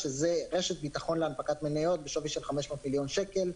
שזה רשת ביטחון להנפקת מניות בשווי של 500 מיליון שקל.